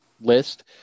list